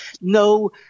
no